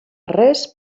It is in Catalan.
res